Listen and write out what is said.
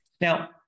now